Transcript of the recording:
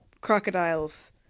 crocodiles